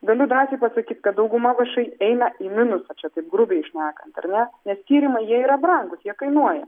galiu drąsiai pasakyt kad dauguma vš eina į minusą čia taip grubiai šnekant ar ne nes tyrimai jie yra brangūs jie kainuoja